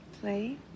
play